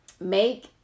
make